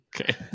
okay